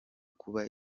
kuba